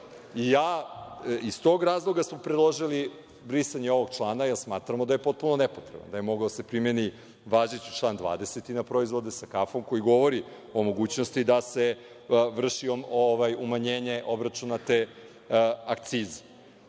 radi. Iz tog razloga smo predložili brisanje ovog člana, jer smatramo da je potpuno nepotreban, da je moga da se primeni važeći član 20. i na proizvode sa kafom koji govori o mogućnosti da se vrši umanjenje obračuna te akcize. Tako